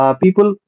people